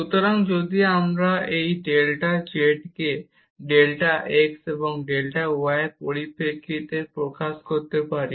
সুতরাং আমরা এই ডেল্টা z কে ডেল্টা x এবং ডেল্টা y এর পরিপ্রেক্ষিতে প্রকাশ করতে পারি